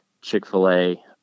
Chick-fil-A